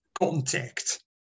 contact